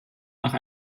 nach